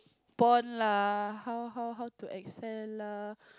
porn lah how how how to excel lah